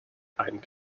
ein